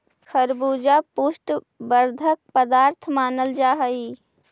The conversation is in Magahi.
तरबूजा पुष्टि वर्धक पदार्थ मानल जा हई